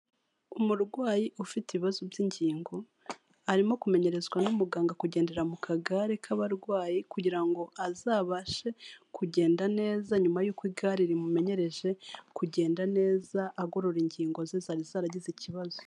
Umurwayi ufite ibibazo by'ingingo arimo kumenyezwa n'umuganga kugendera mu kagare k'abarwayi kugira ngo azabashe kugenda neza nyuma y'uko igare rimumenyereje kugenda neza agorora ingingo ze zari zaragize ikibazo.